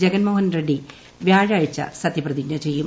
ജഗ്ന്റെ മോഹൻ റെഡ്നി വ്യാഴാഴ്ച സത്യപ്രതിജ്ഞ ചെയ്യും